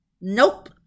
Nope